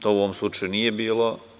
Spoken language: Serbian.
To u ovom slučaju nije bilo.